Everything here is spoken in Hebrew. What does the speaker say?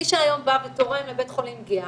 מי שהיום בא ותורם לבית חולים גהה,